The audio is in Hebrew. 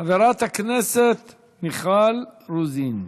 חברת הכנסת מיכל רוזין,